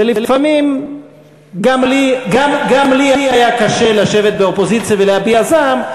ולפעמים גם לי היה קשה לשבת באופוזיציה ולהביע זעם,